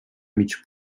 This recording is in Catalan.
mig